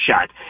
shot